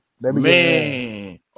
Man